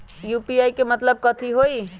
UPI के मतलब कथी होई?